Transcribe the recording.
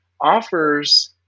offers